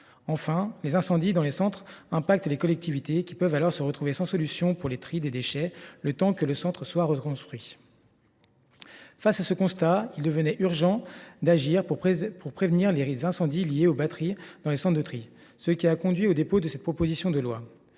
Enfin, les incendies dans les centres de tri ont des conséquences pour les collectivités, qui peuvent se retrouver sans solution pour trier les déchets le temps que le centre soit reconstruit. Face à ce constat, il devient urgent d’agir pour prévenir les incendies liés aux batteries dans les centres de tri. C’est ce qui a conduit au dépôt de cette proposition de loi.